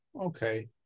okay